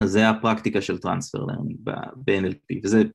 זה הפרקטיקה של טרנספר לרנג ב-MLP